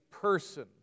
person